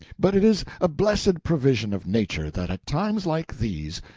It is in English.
but it is a blessed provision of nature that at times like these,